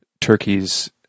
Turkey's